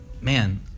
man